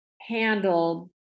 handled